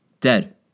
Dead